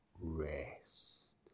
rest